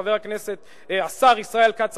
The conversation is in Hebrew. חבר הכנסת השר ישראל כץ,